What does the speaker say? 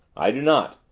i do not.